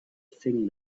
thing